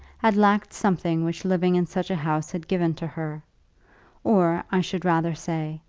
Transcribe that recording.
had lacked something which living in such a house had given to her or, i should rather say,